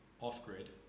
off-grid